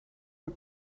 her